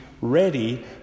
ready